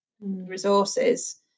resources